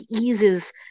eases